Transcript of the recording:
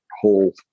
whole